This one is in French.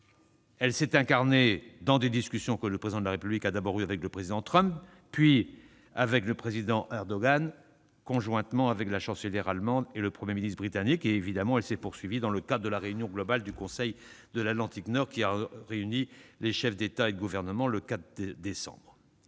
Elle s'est incarnée dans des discussions que le Président de la République a eues d'abord avec le président Trump, puis avec le président Erdogan, conjointement avec la Chancelière allemande et le Premier ministre britannique. Elle s'est bien évidemment poursuivie dans le cadre de la réunion du Conseil de l'Atlantique Nord, qui a rassemblé les chefs d'État et de gouvernement, le 4 décembre.